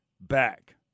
back